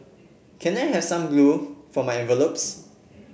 can I have some glue for my envelopes